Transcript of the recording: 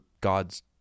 God's